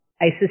ISIS